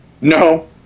No